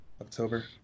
October